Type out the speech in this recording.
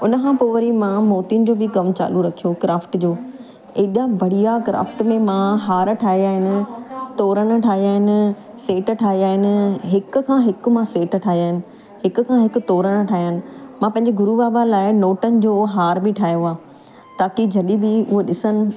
उनखां पोइ वरी मां मोतियुनि जो बि कमु चालू रखियो क्राफ्ट जो एॾा बढ़िया क्राफ्ट में मां हार ठाहिया आहिनि तोरण ठाहिया आहिनि सेट ठाहिया आहिनि हिक खां हिक मां सेट ठाहिया आहिनि हिक खां हिक तोरण ठाहिया आहिनि मां पंहिंजे गुरु बाबा लाइ नोटनि जो हार बि ठाहियो आहे ताकी जॾहिं बि उहो ॾिसणु